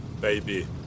baby